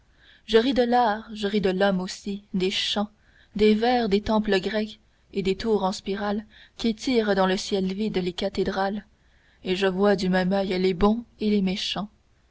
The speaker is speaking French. je ris de l'art je ris de l'homme aussi des chants des vers des temples grecs et des tours en spirales qu'étirent dans le ciel vide les cathédrales et je vois du même oeil les bons et les méchants